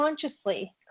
consciously